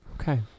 okay